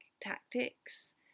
tactics